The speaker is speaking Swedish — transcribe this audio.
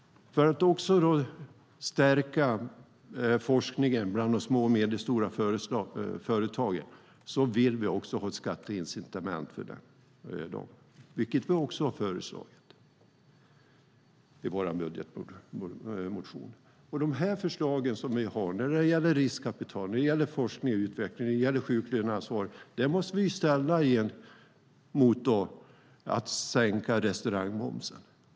För att stärka forskningen bland de små och medelstora företagen vill vi ha ett skatteincitament för dem, vilket vi också har föreslagit i vår budgetmotion. De förslag som vi har när det gäller riskkapital, forskning och utveckling och sjuklöneansvar måste vi ställa mot att sänka restaurangmomsen.